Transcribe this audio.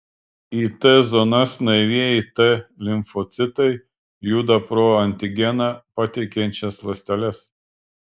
į t zonas naivieji t limfocitai juda pro antigeną pateikiančias ląsteles